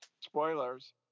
spoilers